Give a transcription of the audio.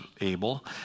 able